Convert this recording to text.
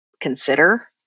consider